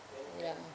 ya